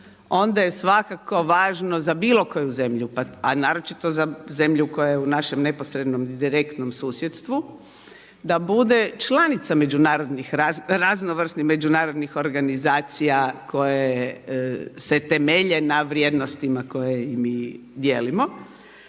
onda je svakako važno za bilo koju zemlju, a naročito za zemlju koja je u našem neposrednom i direktnom susjedstvu, da bude članica raznovrsnih međunarodnih organizacija koje se temelje na vrijednostima koje i mi dijelimo,